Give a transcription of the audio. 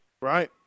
Right